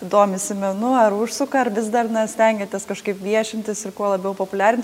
domisi menu ar užsuka ar vis dar na stengiatės kažkaip viešintis ir kuo labiau populiarint